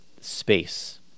space